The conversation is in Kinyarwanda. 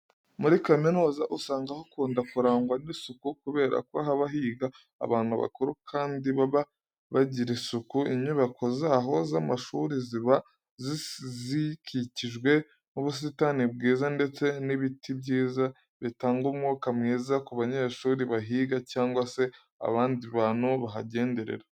Muri kaminuza usanga hakunda kurangwa n'isuku kubera ko haba higa abantu bakuru kandi baba bagira isuku. Inyubako zaho z'amashuri ziba zikikijwe n'ubusitani bwiza ndetse n'ibiti byiza bitanga umwuka mwiza ku banyeshuri bahiga cyangwa se abandi bantu bahagenderera.